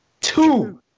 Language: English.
Two